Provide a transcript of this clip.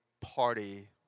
party